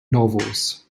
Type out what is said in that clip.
novels